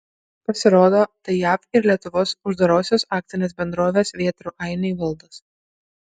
pasirodo tai jav ir lietuvos uždarosios akcinės bendrovės vėtrų ainiai valdos